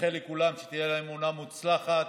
שתהיה להם עונה מוצלחת,